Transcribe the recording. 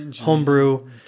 homebrew